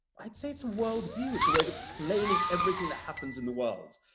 i'd say it's a world view. it's a way of explaining everything that happens in the world